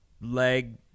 leg